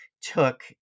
took